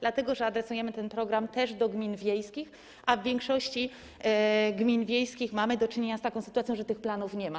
Dlatego że adresujemy ten program też do gmin wiejskich, a w większości gmin wiejskich mamy do czynienia z taką sytuacją, że tych planów nie ma.